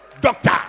doctor